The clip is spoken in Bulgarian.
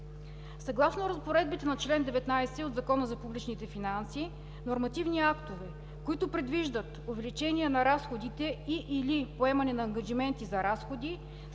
Съгласно разпоредбите на чл. 19 от Закона за публичните финанси „нормативни актове, които предвиждат увеличение на разходите и/или поемане на ангажименти за разходи,